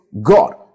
God